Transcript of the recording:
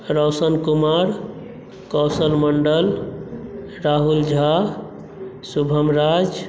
Raushan Kumar Kaushal Mandal Rahul Jha Shubham Raj